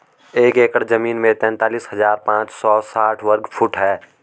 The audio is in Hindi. एक एकड़ जमीन तैंतालीस हजार पांच सौ साठ वर्ग फुट है